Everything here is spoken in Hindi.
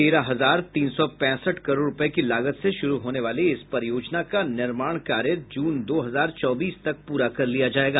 तेरह हजार तीन सौ पैंसठ करोड़ रूपये की लागत से शुरू होने वाली इस परियोजना का निर्माण कार्य जून दो हजार चौबीस तक पूरा कर लिया जायेगा